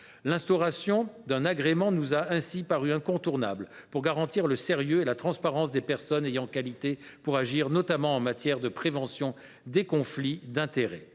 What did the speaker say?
L’instauration d’un agrément nous a ainsi paru incontournable pour garantir le sérieux et la transparence des personnes ayant qualité pour agir, notamment en matière de prévention des conflits d’intérêts